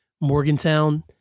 Morgantown